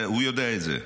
הוא יודע את זה.